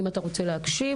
אם אתה רוצה להקשיב